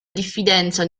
diffidenza